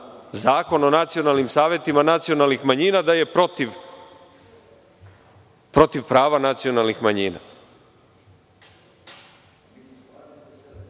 Zakon o nacionalnim savetima nacionalnih manjina, da je protiv prava nacionalnih manjina. Dakle,